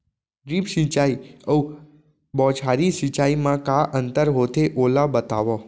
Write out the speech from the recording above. Drip सिंचाई अऊ बौछारी सिंचाई मा का अंतर होथे, ओला बतावव?